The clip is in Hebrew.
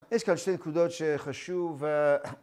יש כאן שתי נקודות שחשוב